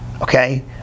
Okay